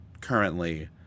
currently